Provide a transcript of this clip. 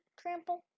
Trample